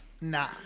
Nah